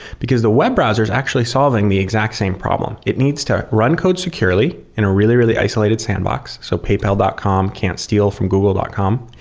because the web browser is actually solving the exact same problem. it needs to run code securely in a really, really isolated sandbox. so paypal dot com can't steal from google dot com.